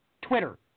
Twitter